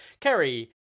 Kerry